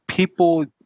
People